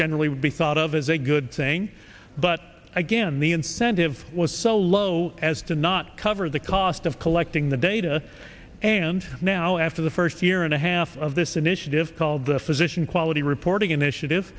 generally would be thought of as a good thing but again the incentive was so low as to not cover the cost of collecting the data and now after the first year and a half of this initiative called the physician quality reporting initiative